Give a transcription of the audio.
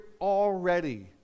already